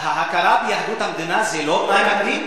ההכרה ביהדות המדינה היא לא תנאי מקדים?